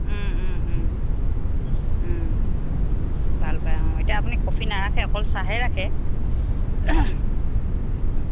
ভাল পায় অঁ এতিয়া আপুনি কফি নাৰাখে অকল চাহে ৰাখে